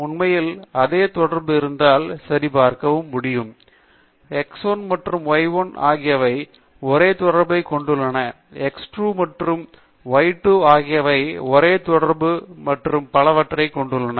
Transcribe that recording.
உண்மையில் அவர்கள் அதே தொடர்பு இருந்தால் சரிபார்க்கவும் முடியும் x 1 மற்றும் y 1 ஆகியவை ஒரே தொடர்பைக் கொண்டுள்ளன x 2 மற்றும் y 2 ஆகியவை ஒரே தொடர்பு மற்றும் பலவற்றைக் கொண்டுள்ளன